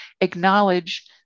acknowledge